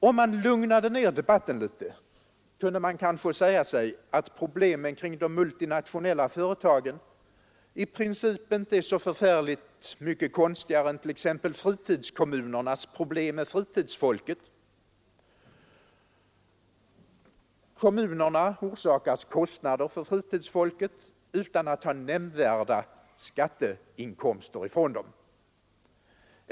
Om man lugnade ner debatten litet, kunde man kanske säga sig att problemen kring de multinationella företagen i princip inte är så förfärligt mycket konstigare än t.ex. fritidskommunernas problem med fritidsfolket — kommunerna kan ha en hel del bekymmer med fritidsfolket utan att ha nämnvärda skatteinkomster från samma människor.